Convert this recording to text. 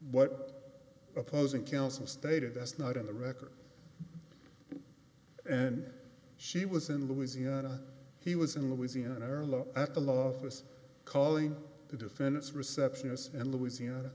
what opposing counsel stated that's not in the record and she was in louisiana he was in louisiana or look at the law office calling the defendant's receptionist in louisiana